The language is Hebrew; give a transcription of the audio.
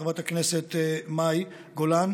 חברת הכנסת מאי גולן,